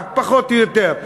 פחות או יותר,